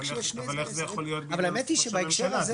או כשיש שני סגנים --- אבל איך זה יכול להיות ראש הממשלה?